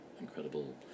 incredible